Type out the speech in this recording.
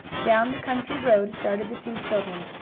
down the country road started the two children,